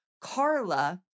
Carla